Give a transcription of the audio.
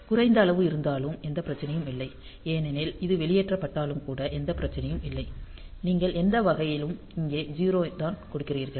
குறைந்த அளவு இருந்தாலும் எந்த பிரச்சனையும் இல்லை ஏனெனில் இது வெளியேற்றப்பட்டாலும் கூட எந்த பிரச்சினையும் இல்லை நீங்கள் எந்த வகையிலும் இங்கே 0 தான் கொடுக்கிறீர்கள்